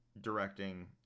directing